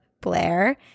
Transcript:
blair